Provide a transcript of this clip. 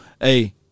hey